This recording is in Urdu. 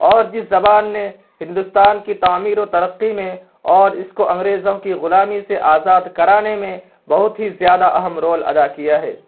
اور جس زبان نے ہندوستان کی تعمیر و ترقی میں اور اس کو انگریزوں کی غلامی سے آزاد کرانے میں بہت ہی زیادہ اہم رول ادا کیا ہے